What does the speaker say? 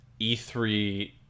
E3